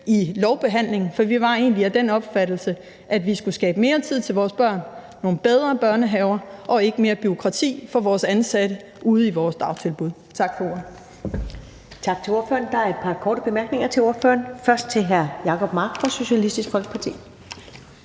i lovbehandlingen, for vi var egentlig af den opfattelse, at vi skulle skabe mere tid til vores børn, skabe bedre børnehaver og ikke mere bureaukrati til vores ansatte ude i vores dagtilbud. Tak for ordet. Kl. 12:45 Første næstformand (Karen Ellemann): Tak til ordføreren. Der er et par korte bemærkninger til ordføreren, først fra hr. Jacob Mark, Socialistisk Folkeparti.